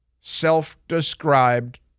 self-described